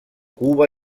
cuba